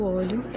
olho